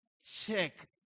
check